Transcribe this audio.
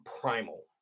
primal